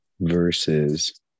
versus –